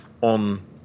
on